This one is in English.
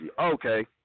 Okay